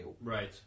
right